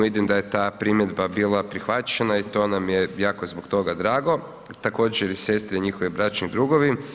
Vidim da je ta primjedba bila prihvaćena i to nam je, jako je zbog toga drago, također i sestre i njihovi bračni drugovi.